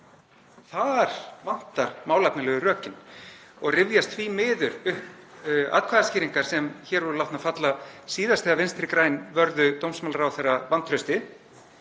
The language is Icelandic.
Þar vantar málefnalegu rökin. Rifjast því miður upp atkvæðaskýringar sem hér voru látnar falla síðast þegar Vinstri græn vörðu dómsmálaráðherra vantrausti